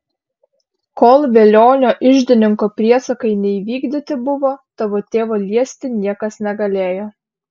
kol velionio iždininko priesakai neįvykdyti buvo tavo tėvo liesti niekas negalėjo